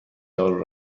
دارو